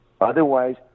Otherwise